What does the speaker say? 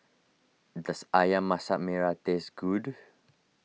does Ayam Masak Merah taste good